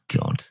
God